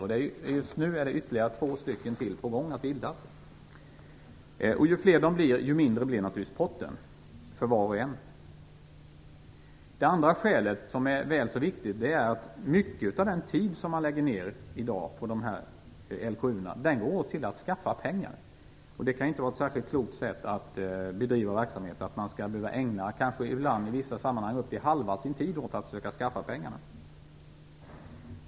Nu är ytterligare två på gång att bildas. Ju fler de blir desto mindre blir naturligtvis potten för var och en. Det andra skälet, som är väl så viktigt, är att mycket av den tid som man i dag lägger ner på LKU går åt till att skaffa pengar. Det kan inte vara ett särskilt klokt sätt att bedriva verksamhet att man ibland i vissa sammanhang kanske skall behöva ägna halva sin tid åt att söka skaffa pengar.